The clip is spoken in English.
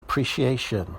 appreciation